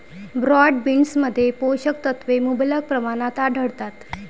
broad बीन्समध्ये पोषक तत्वे मुबलक प्रमाणात आढळतात